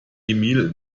emil